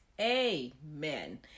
Amen